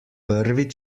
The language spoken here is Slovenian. prvi